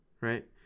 Right